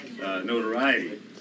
notoriety